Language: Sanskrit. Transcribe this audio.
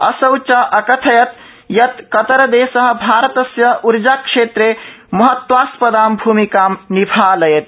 असौ अचकथत् यत् कतरदेश भारतस्य ऊर्जा क्षेत्रे महत्वास दां भूमिकां निभालयति